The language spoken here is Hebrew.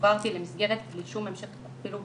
שוחררתי למסגרת בלי שום המשך אפילו בקהילה.